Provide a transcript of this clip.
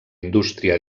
indústria